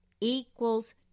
equals